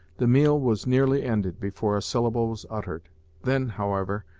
the meal was nearly ended before a syllable was uttered then, however,